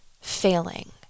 failing